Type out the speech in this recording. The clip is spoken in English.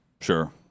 Sure